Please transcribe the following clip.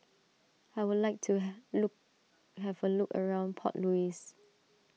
I would like to have look have a look around Port Louis